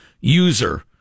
user